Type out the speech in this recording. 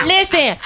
Listen